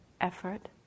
effort